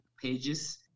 pages